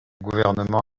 gouvernement